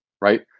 right